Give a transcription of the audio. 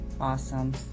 Awesome